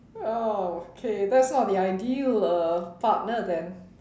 well okay that's not the ideal uh partner then